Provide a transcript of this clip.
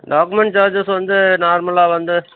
document charges வந்து நார்மலாக வந்து